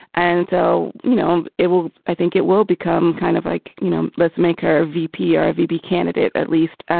and so, you know, it will. i think it will become kind of like, you know, let's make her a v p. or a vb candidate at least.